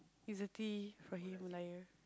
is a tea from Himalaya